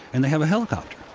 and they have a helicopter.